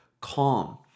calm